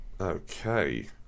Okay